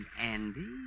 Andy